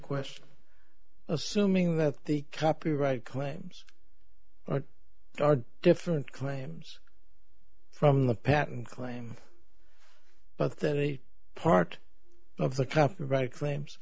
question assuming that the copyright claims are different claims from the patent claim but that any part of the copyright claims